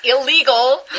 illegal